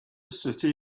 city